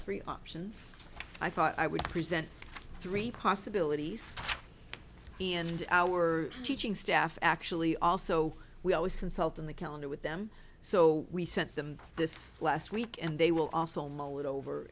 three options i thought i would present three possibilities and our teaching staff actually also we always consult on the calendar with them so we sent them this last week and they will also mow it over